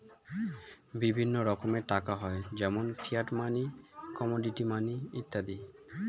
বিভিন্ন রকমের টাকা হয় যেমন ফিয়াট মানি, কমোডিটি মানি ইত্যাদি